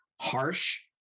harsh